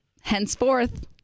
henceforth